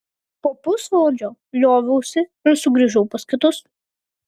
po pusvalandžio lioviausi ir sugrįžau pas kitus